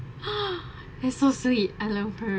that's so sweet alan pearl